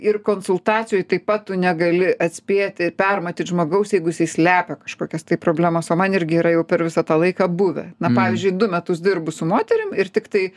ir konsultacijoj taip pat tu negali atspėti permatyt žmogaus jeigu jisai slepia kažkokias tai problemas o man irgi yra jau per visą tą laiką buvę na pavyzdžiui du metus dirbu su moterim ir tiktai